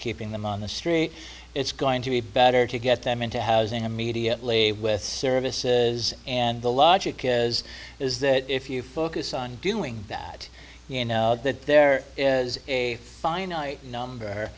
keeping them on the street it's going to be better to get them into housing immediately with services and the logic is is that if you focus on doing that you know that there is a